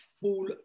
full